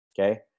Okay